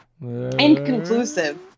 Inconclusive